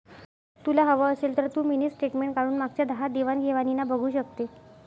तुला हवं असेल तर तू मिनी स्टेटमेंट काढून मागच्या दहा देवाण घेवाणीना बघू शकते